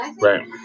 Right